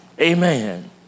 Amen